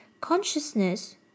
consciousness